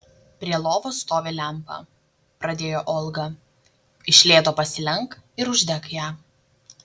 prie lovos stovi lempa pradėjo olga iš lėto pasilenk ir uždek ją